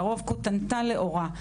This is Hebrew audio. לרוב כותנתה לעורה,